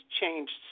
changed